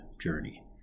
journey